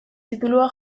titulua